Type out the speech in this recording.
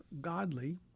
godly